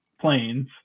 planes